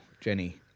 Jenny